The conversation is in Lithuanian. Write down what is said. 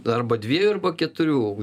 arba dviejų arba keturių